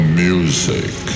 music